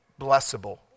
blessable